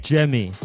Jemmy